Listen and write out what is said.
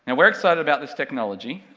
and we're excited about this technology,